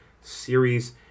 series